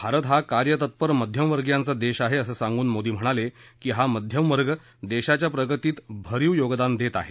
भारत हा कार्यतत्पर मध्यमवर्गीयांचा देश आहे असं सांगून मोदी म्हणाले की हा मध्यमवर्ग देशाच्या प्रगतीत भरीव योगदान देत आहे